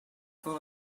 full